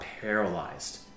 paralyzed